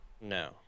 No